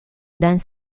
dans